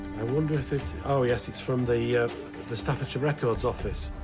i wonder if it's oh, yes. it's from the the staffordshire records office.